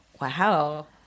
Wow